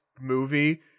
movie